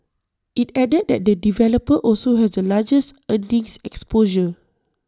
IT added that the developer also has the largest earnings exposure